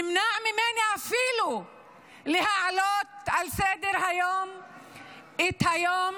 נמנע ממני אפילו להעלות על סדר-היום את היום